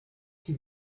qui